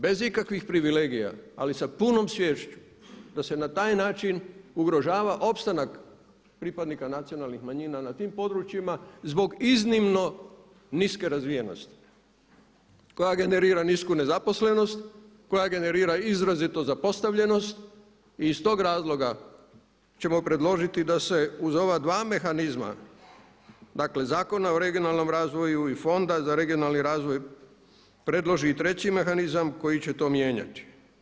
Bez ikakvih privilegija ali sa punom sviješću da se na taj način ugrožava opstanak pripadnika nacionalnih manjina na tim područjima zbog iznimno niske razvijenosti koja generira nisku nezaposlenost, koja generira izrazitu zapostavljenost i iz tog razloga ćemo predložiti i da se uz ova dva mehanizma dakle Zakona o regionalnom razvoju … fonda, za regionalni razvoj predloži i treći mehanizam koji će to mijenjati.